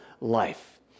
life